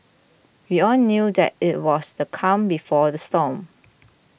we all knew that it was the calm before the storm